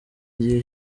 gihe